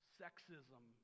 sexism